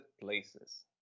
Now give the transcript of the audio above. places